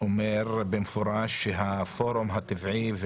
הוא אומר במפורש שהפורום הטבעי,